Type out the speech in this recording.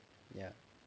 ya